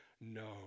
No